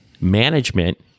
management